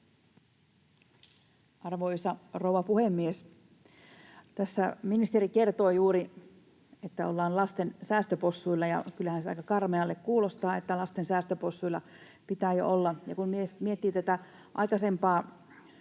Arvoisa rouva puhemies! Tässä ministeri kertoi juuri, että ollaan lasten säästöpossuilla, ja kyllähän se aika karmealle kuulostaa, että lasten säästöpossuilla pitää jo olla. Kun miettii tätä aikaisempaa